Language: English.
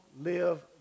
live